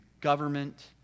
government